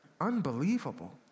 unbelievable